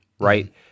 right